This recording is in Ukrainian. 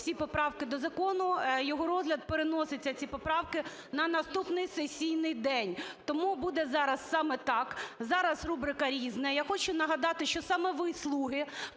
всі поправки до закону, його розгляд переноситься, ці поправки, на наступний сесійний день. Тому буде зараз саме так. Зараз рубрика "Різне". Я хочу нагадати, що саме ви, "слуги",